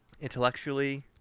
intellectually